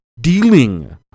dealing